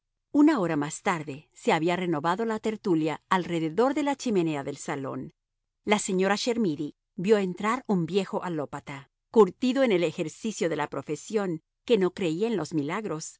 una hora más tarde se había renovado la tertulia alrededor de la chimenea del salón la señora chermidy vio entrar un viejo alópata curtido en el ejercicio de la profesión que no creía en los milagros